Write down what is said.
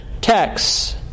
texts